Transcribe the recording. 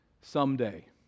Someday